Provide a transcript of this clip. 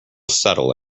settle